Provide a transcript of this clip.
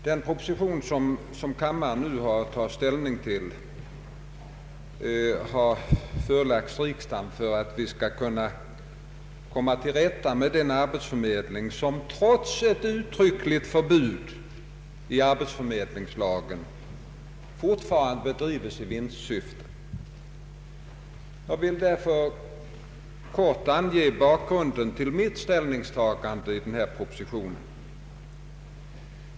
Den proposition som kammaren nu har att ta ställning till har förelagts riksdagen för att vi skall kunna komma till rätta med den arbetsförmedling som trots ett uttryckligt förbud i arbetsförmedlingslagen fortfarande bedrivs i vinstsyfte. Jag vill därför kort ange bakgrunden till mitt ställningstagande i denna proposition.